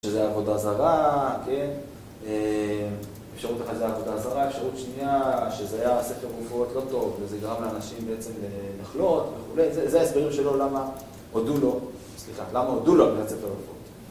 שזה היה עבודה זרה, כן? בשירות אחת זה היה עבודה זרה, בשירות שנייה, שזה היה ספר רפואות לא טוב וזה גרם לאנשים בעצם לחלות וכולי, זה ההסברים שלו למה הודו לו, סליחה, למה הודו לו בעצם את העבודות.